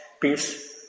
peace